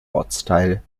ortsteil